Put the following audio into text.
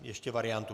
Ještě variantu.